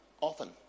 often